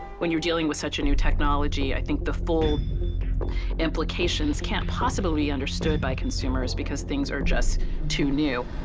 when you're dealing with such a new technology, i think the full implications can't possibly be understood by consumers because things are just too new.